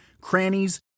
crannies